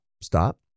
stop